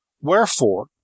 Wherefore